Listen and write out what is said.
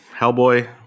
Hellboy